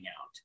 out